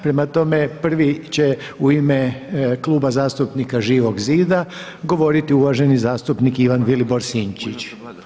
Prema tome, prvi će u ime Kluba zastupnik Živog zida govoriti uvaženi zastupnik Ivan Vilibor Sinčić.